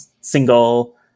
single